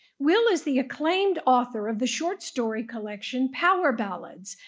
will is the acclaimed author of the short story collection, power ballads,